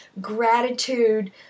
gratitude